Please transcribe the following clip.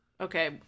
Okay